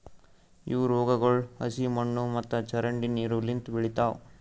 ಇವು ರೋಗಗೊಳ್ ಹಸಿ ಮಣ್ಣು ಮತ್ತ ಚರಂಡಿ ನೀರು ಲಿಂತ್ ಬೆಳಿತಾವ್